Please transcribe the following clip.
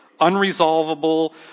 unresolvable